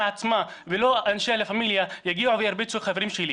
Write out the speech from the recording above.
עצמה ולא שאנשי לה פמיליה יגיעו וירביצו לחברים שלי.